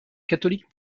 catholique